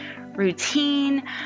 routine